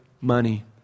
money